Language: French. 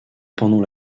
pendant